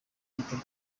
yitabye